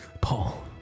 Paul